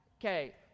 Okay